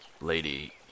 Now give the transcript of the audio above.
Lady